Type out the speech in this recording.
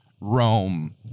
Rome